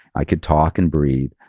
i could talk and breathe,